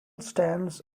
stands